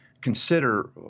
consider